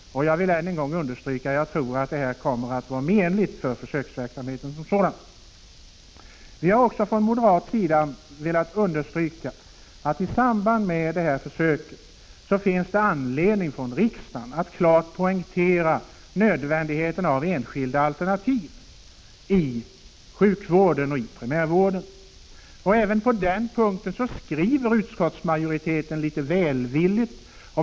Jag vill än en gång understryka att jag tror att begränsningen kommer att inverka menligt på försöksverksamheten. Från moderat sida har vi också velat understryka att det i samband med beslutet om försöksverksamheten finns anledning för riksdagen att klart poängtera nödvändigheten av enskilda alternativ inom sjukvården. Även på den punkten skriver utskottsmajoriteten litet välvilligt.